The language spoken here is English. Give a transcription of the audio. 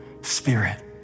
Spirit